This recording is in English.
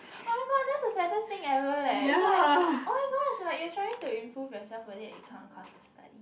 oh my god that's the saddest thing ever leh is like oh-my-gosh like you're trying to improve yourself whether it count cause of study